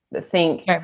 think-